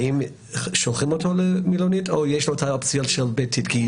האם שולחים אותו למלונית או יש לו את האופציה של בידוד ביתי?